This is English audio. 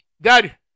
Dad